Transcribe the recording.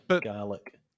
Garlic